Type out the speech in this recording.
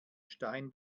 stein